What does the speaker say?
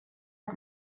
att